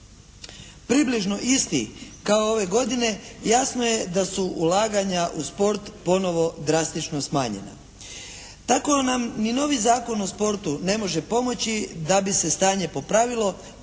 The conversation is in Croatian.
približno isti kao ove godine, jasno je da su ulaganja u sport ponovo drastično smanjena. Tako nam ni novi Zakon o sportu ne može pomoći da bi se stanje popravilo